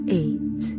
eight